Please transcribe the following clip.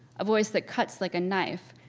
a voice that cuts like a knife,